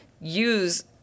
use